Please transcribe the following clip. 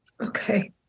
Okay